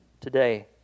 today